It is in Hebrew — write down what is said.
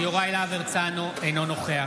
חברי הכנסת, אנחנו באמצע הצבעה.